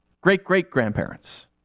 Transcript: Great-great-grandparents